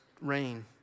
rain